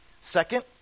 Second